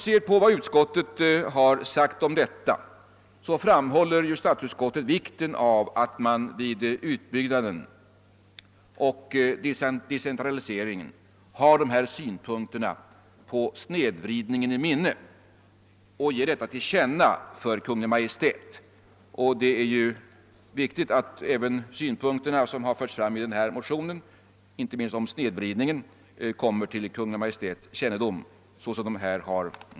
Statsutskottet framhåller vikten av att man vid utbyggnaden och decentraliseringen bör ha dessa synpunkter på snedvridningen i minnet, och anser att riksdagen bör ge detta till känna för Kungl. Maj:t. Det är också viktigt att de i motionen framförda synpunkterna, inte minst beträffande snedvridningen, kommer till Kungl. Maj:ts kännedom.